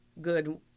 good